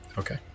Okay